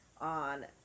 on